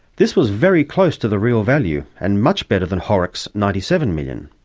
this was very close to the real value and much better than horrocks' ninety seven million.